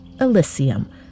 elysium